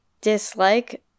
dislike